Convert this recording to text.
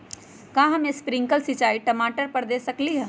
का हम स्प्रिंकल सिंचाई टमाटर पर दे सकली ह?